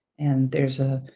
and there's a